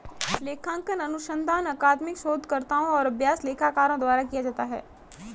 लेखांकन अनुसंधान अकादमिक शोधकर्ताओं और अभ्यास लेखाकारों द्वारा किया जाता है